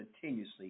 continuously